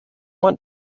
want